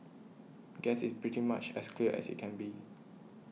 guess it's pretty much as clear as it can be